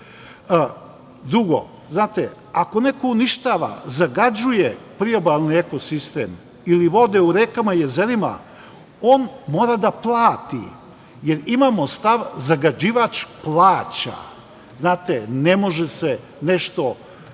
znate, ako neko uništava, zagađuje priobalni eko sistem ili vode u rekama i jezerima, on mora da plati, jer imamo stav – zagađivač plaća. Znate, ne može se nešto